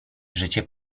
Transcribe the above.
życie